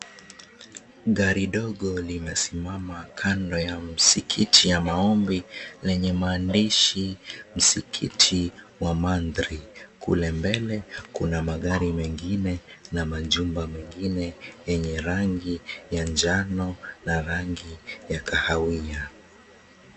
Gari dogo limesimama kando ya msikiti ya maombi lenye maandishi, Msikiti wa Mandri. Kule mbele, kuna magari mengine na majumba mengine yenye rangi ya njano na rangi ya kahawia.